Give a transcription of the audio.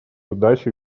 удачи